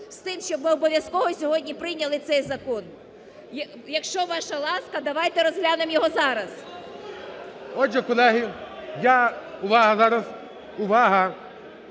з тим, щоб ми обов'язково сьогодні прийняли цей закон. Якщо ваша ласка, давайте розглянемо його зараз. ГОЛОВУЮЧИЙ. Отже, колеги, я… Увага зараз, увага!